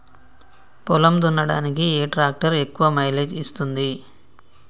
పొలం దున్నడానికి ఏ ట్రాక్టర్ ఎక్కువ మైలేజ్ ఇస్తుంది?